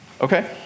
Okay